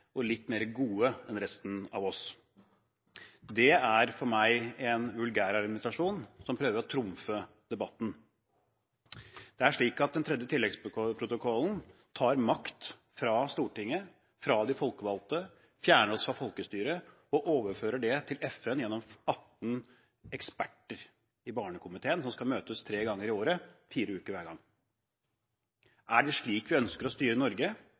og litt mer gode enn resten av oss. Det er for meg en vulgær argumentasjon som prøver å trumfe debatten. Den tredje tilleggsprotokollen tar makt fra Stortinget, fra de folkevalgte, fjerner oss fra folkestyret og overfører det til FN ved 18 eksperter i Barnekomiteen, som skal møtes fire ganger i året. Er det slik vi ønsker å styre Norge,